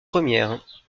premières